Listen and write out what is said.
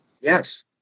Yes